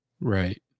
Right